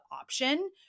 option